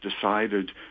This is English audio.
decided